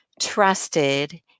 trusted